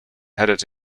headed